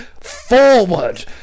forward